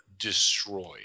destroyed